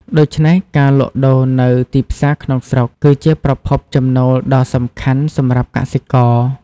ដូច្នេះ ការលក់ដូរនៅទីផ្សារក្នុងស្រុកគឺជាប្រភពចំណូលដ៏សំខាន់សម្រាប់កសិករ។